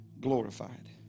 glorified